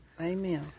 Amen